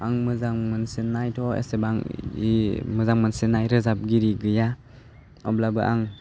आं मोजां मोनसिननायथ' एसेबां मोजां मोनथिनाय रोजाबगिरि गैया अब्लाबो आं